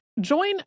Join